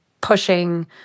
pushing